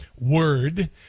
word